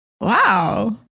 Wow